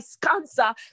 cancer